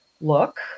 look